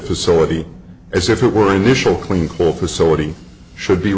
facility as if it were initial clean coal facility should be